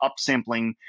upsampling